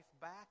Back